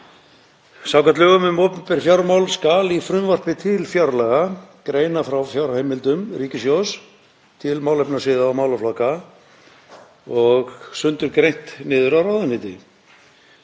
Samkvæmt lögum um opinber fjármál skal í frumvarpi til fjárlaga greina frá fjárheimildum ríkissjóðs til málefnasviða og málaflokka og sundurgreina niður á ráðuneyti.